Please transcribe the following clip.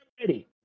ready